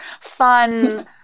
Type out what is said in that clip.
fun